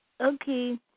Okay